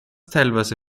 teilweise